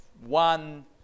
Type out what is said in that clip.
one